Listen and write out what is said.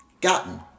gotten